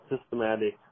systematic